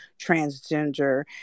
transgender